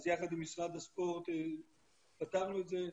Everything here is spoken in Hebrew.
אז יחד עם משרד הספורט פתרנו את זה.